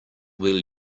will